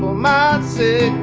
my city